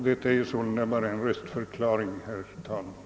Detta är sålunda bara en röstförklaring, herr talman.